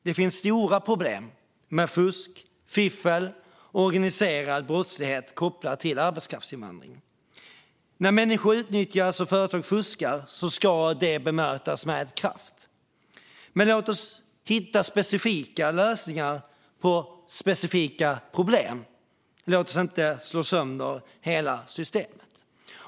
Det finns stora problem med fusk, fiffel och organiserad brottslighet kopplad till arbetskraftsinvandring. När människor utnyttjas och företag fuskar ska det bemötas med kraft. Men låt oss hitta specifika lösningar på specifika problem. Låt oss inte slå sönder hela systemet.